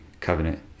covenant